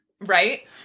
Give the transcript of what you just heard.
Right